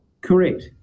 Correct